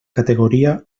categoria